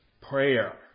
prayer